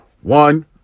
One